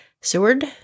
Seward